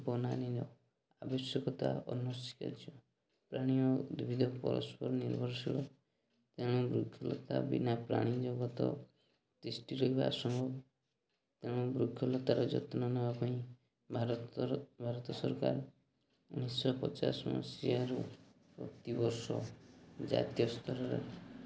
ବନାନୀର ଆବଶ୍ୟକତା ପ୍ରାଣୀ ଉଦ୍ଭିଦ ପରସ୍ପର ନିର୍ଭରଶୀଳ ତେଣୁ ବୃକ୍ଷଲତା ବିନା ପ୍ରାଣୀ ଜଗତ ତିଷ୍ଟି ରହିବା ଅସମ୍ଭବ ତେଣୁ ବୃକ୍ଷଲତାର ଯତ୍ନ ନେବା ପାଇଁ ଭାରତ ଭାରତ ସରକାର ଉଣେଇଶହ ପଚାଶ ମସିହାରୁ ପ୍ରତି ବର୍ଷ ଜାତୀୟସ୍ତରରେ